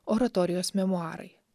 oratorijos memuarai